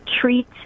treat